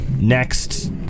next